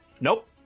Nope